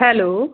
hello